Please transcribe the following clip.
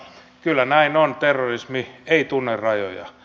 kyllä näin on terrorismi ei tunne rajoja